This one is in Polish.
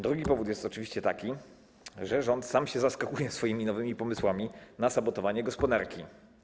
Drugi powód jest oczywiście taki, że rząd sam się zaskakuje swoimi nowymi pomysłami na sabotowanie gospodarki.